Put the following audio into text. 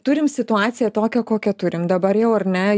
turim situaciją tokią kokią turim dabar jau ar ne